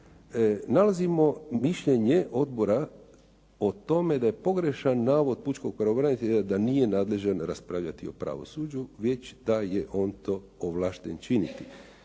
nalazimo mišljenje odbora o tome da je pogrešan navod Pučkog pravobranitelja da nije nadležan raspravljati o pravosuđu, već da je on to ovlašten činiti.